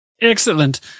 Excellent